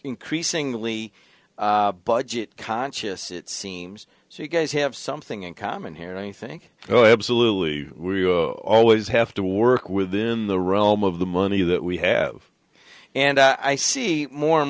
increasingly budget conscious it seems so you guys have something in common here anything oh absolutely we always have to work within the realm of the money that we have and i see more and